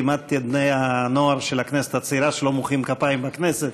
לימדתי את בני-הנוער של הכנסת הצעירה שלא מוחאים כפיים בכנסת,